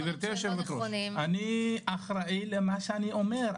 גברתי היושבת-ראש, אני אחראי למה שאני אומר.